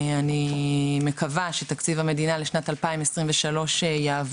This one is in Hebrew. אני מקווה שתקציב המדינה לשנת 2023 יעבור,